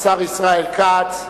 השר ישראל כץ.